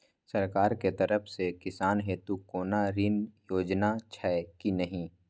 सरकार के तरफ से किसान हेतू कोना ऋण योजना छै कि नहिं?